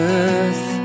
earth